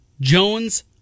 Jones